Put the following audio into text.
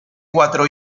cuatro